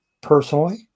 personally